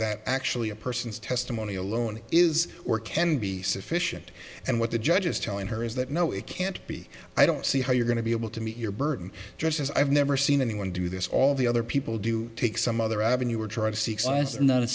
that actually a person's testimony alone is or can be sufficient and what the judge is telling her is that no it can't be i don't see how you're going to be able to meet your burden just as i've never seen anyone do this all the other people do take some other avenue or try to seek